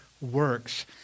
works